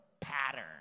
pattern